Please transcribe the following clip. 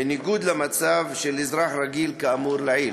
בניגוד למצב של אזרח רגיל, כאמור לעיל.